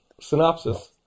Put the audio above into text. synopsis